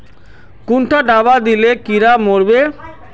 कुंडा दाबा दिले कीड़ा मोर बे?